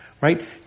right